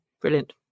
Brilliant